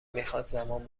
میخواد، زمان